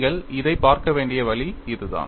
நீங்கள் இதை பார்க்க வேண்டிய வழி இதுதான்